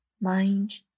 Mind